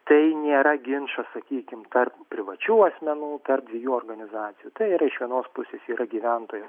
tai nėra ginčas sakykim tarp privačių asmenų tarp dviejų organizacijų tai yra iš vienos pusės yra gyventojas